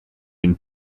den